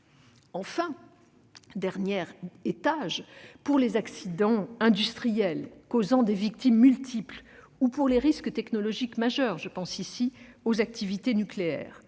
Enfin, dernier étage, pour les accidents industriels causant des victimes multiples ou pour les risques technologiques majeurs- je pense ici aux activités nucléaires